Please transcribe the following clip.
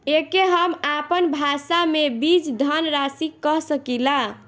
एके हम आपन भाषा मे बीज धनराशि कह सकीला